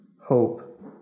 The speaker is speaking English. hope